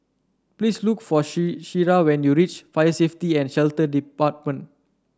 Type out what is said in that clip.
please look for Shira when you reach Fire Safety and Shelter Department